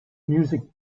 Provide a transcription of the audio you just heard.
music